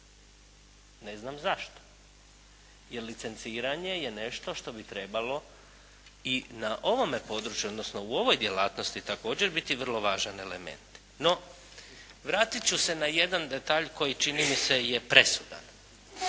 Ne znam zašto jer licenciranje je nešto što bi trebalo i na ovome području odnosno u ovoj djelatnosti također biti vrlo važan element. No, vratit ću se na jedan detalj koji je čini mi se presudan